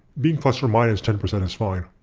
being plus or minus ten percent is fine.